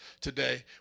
today